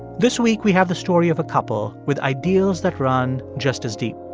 this week, we have the story of a couple with ideals that run just as deep,